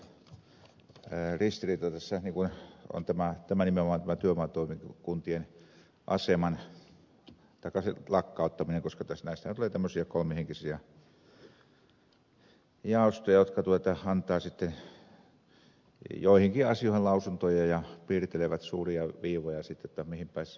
tärkein ja isoin ristiriita tässä on tömähtäminen ovat juha tuuri kun tie nimenomaan työvoimatoimikuntien lakkauttaminen koska näistähän tulee tämmöisiä kolmihenkisiä jaostoja jotka antavat sitten joihinkin asioihin lausuntoja ja piirtelevät suuria viivoja sitten mihin päin pitäisi mennä